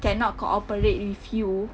cannot cooperate with you